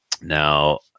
Now